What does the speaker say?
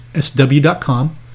SW.com